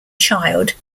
child